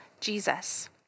Jesus